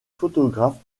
photographe